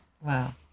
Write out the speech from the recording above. Wow